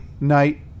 night